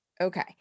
Okay